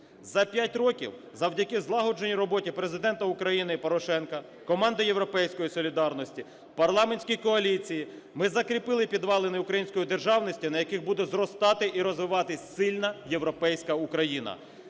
За 5 років, завдяки злагодженій роботі Президента України Порошенка, команди "Європейської Солідарності", парламентській коаліції, ми закріпили підвалини української державності, на яких буде зростати і розвиватись сильна європейська Україна.